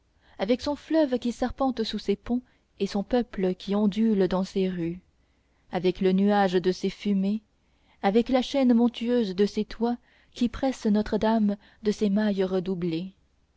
avec son fleuve qui serpente sous ses ponts et son peuple qui ondule dans ses rues avec le nuage de ses fumées avec la chaîne montueuse de ses toits qui presse notre-dame de ses mailles redoublées